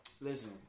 Listen